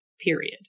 period